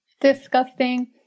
Disgusting